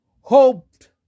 hoped